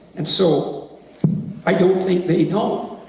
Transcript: and so i don't think they know.